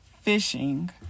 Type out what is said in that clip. fishing